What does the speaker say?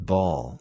Ball